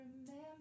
remember